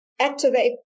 activate